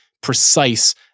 precise